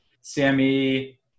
Sammy